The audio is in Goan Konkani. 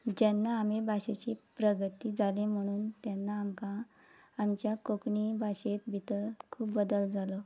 जेन्ना आमी भाशेची प्रगती जाली म्हणून तेन्ना आमकां आमच्या कोंकणी भाशेंत भितर खूब बदल जालो